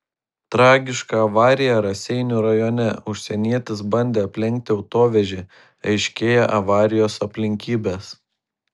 tragiška avarija raseinių rajone užsienietis bandė aplenkti autovežį aiškėja avarijos aplinkybės